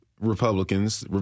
Republicans